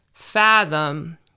fathom